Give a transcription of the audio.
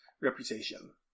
reputation